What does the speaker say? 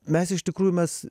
mes iš tikrųjų mes